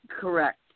Correct